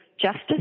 justice